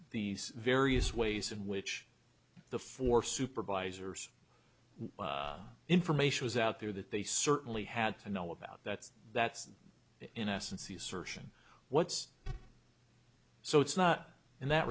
these various ways in which the four supervisors information was out there that they certainly had to know about that that's in essence the assertion what's so it's not in that